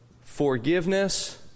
forgiveness